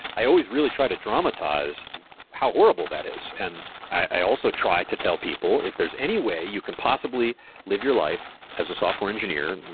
i always really try to dramatize how horrible that is. and i also try to tell people, if there's any way you can possibly live your life as a software engineer, and